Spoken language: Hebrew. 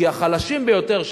כי החלשים ביותר,